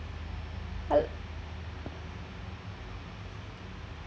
hel~